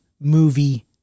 movie